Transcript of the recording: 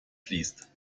fließt